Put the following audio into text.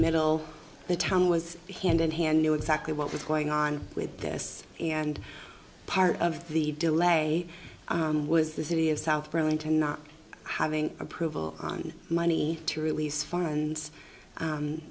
middle the town was hand in hand knew exactly what was going on with this and part of the delay was the city of south burlington not having approval on money to release f